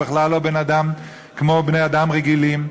הם בכלל לא בני-אדם כמו בני-אדם רגילים,